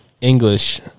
English